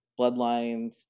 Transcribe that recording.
bloodlines